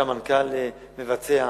על-פי מה שהמנכ"ל מבצע,